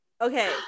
Okay